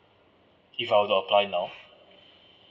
if I were to apply now